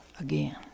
again